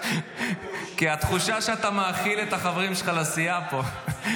כי התחושה היא שאתה מאכיל את החברים שלך לסיעה פה,